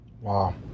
Wow